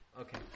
Okay